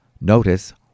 Notice